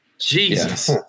Jesus